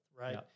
right